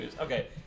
Okay